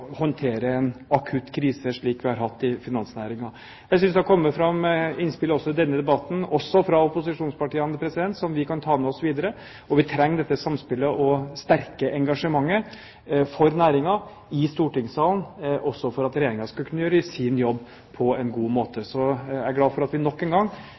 håndtere en akutt krise, slik vi har hatt i finansnæringen. Jeg synes det har kommet fram innspill i denne debatten også fra opposisjonspartiene, som vi kan ta med oss videre. Vi trenger dette samspillet og det sterke engasjementet for næringen i stortingssalen, også for at Regjeringen skal kunne gjøre sin jobb på en god måte. Jeg tror at vi